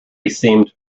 seemed